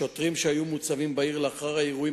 שוטרים שהיו מוצבים בעיר לאחר האירועים